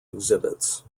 exhibits